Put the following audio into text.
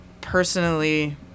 personally